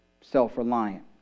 self-reliant